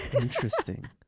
Interesting